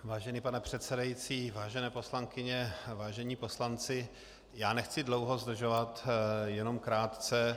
Vážený pane předsedající, vážené poslankyně, vážení poslanci, nechci dlouho zdržovat, jenom krátce.